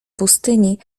pustyni